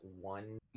one